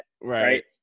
right